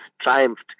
triumphed